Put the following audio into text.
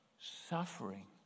suffering